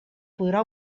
podrà